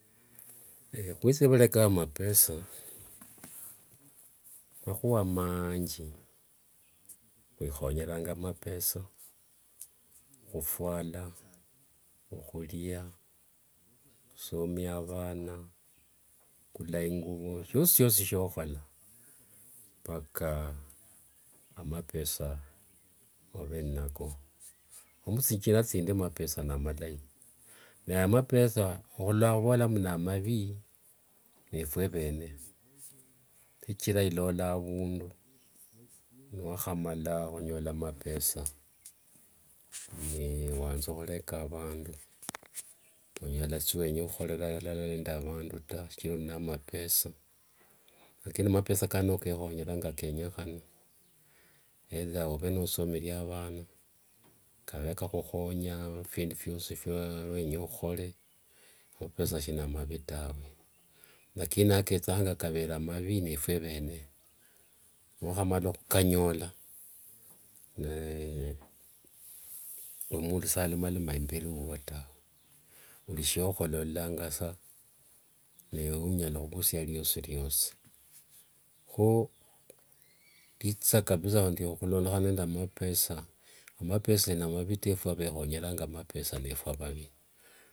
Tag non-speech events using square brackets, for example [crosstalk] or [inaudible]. Khwesie vureka na mapesa makhua manji kwikhonyeranga kwikhonyeranga mapesa khufuala khurira khusomia avana khukula inguvo sioshisioshi shiokhola paka amapesa ove ninako muthingira thindi amapesa namalai na amapesa khurula khuvola namavi nephue avene shichira ilola avundu niwakhamala khunyola mapesa niwanza khureka avandu nonyola shiwenya khukhorera alala nda avandu taa shichira ori namapesa lakini mapesa kano nokekhonyera ngikenyekhana aidha ove nosomiria avana kave nikakhukhonya muphindu phiosi phiawenya okhole, mapesa sinamavi tawe, lakini akethanga kavera amavi nefue avene nokhamala khukanyola [hesitation] nemundu salomaloma imberi uwo tawe, shiokhola ololanga saa newe unyala khuvusia riosiriosi kho vithia kabisa khulondokhana nde mapesa, amapesa si ni mavi taa efwe vekhonyeranga mapesa nefwe avavi.